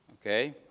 Okay